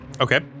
Okay